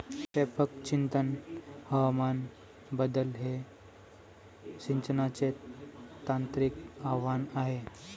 व्यापक सिंचन हवामान बदल हे सिंचनाचे तांत्रिक आव्हान आहे